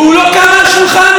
והוא לא קם מהשולחן.